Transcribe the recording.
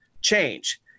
change